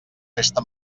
festa